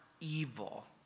evil